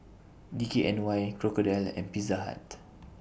D K N Y Crocodile and Pizza Hut